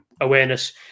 awareness